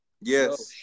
Yes